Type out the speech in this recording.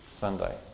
Sunday